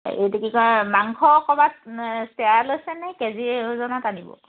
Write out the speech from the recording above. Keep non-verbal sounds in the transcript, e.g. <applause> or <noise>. এইটো কি কয় মাংস ক'ৰবাত <unintelligible> লৈছেনে কেজি <unintelligible> আনিব